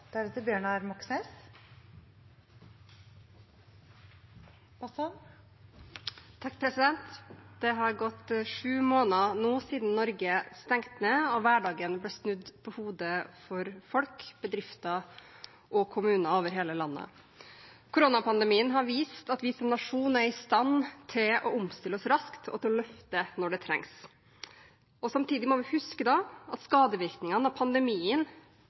Det har gått sju måneder siden Norge stengte ned og hverdagen ble snudd på hodet for folk, bedrifter og kommuner over hele landet. Koronapandemien har vist at vi som nasjon er i stand til å omstille oss raskt og løfte når det trengs. Samtidig må vi huske at skadevirkningene av pandemien